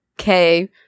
okay